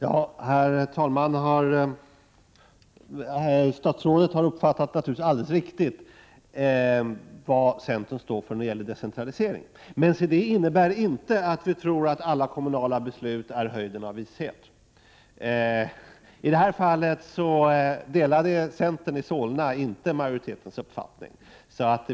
Herr talman! Statsrådet har naturligtvis alldeles rätt uppfattat vad centern står för när det gäller decentralisering. Men det innebär ju inte att vi tror att alla kommunala beslut är höjden av vishet. I det här fallet delade centern i Solna inte majoritetens uppfattning.